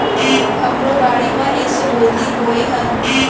हमरो बाड़ी म एसो गोंदली बोए हन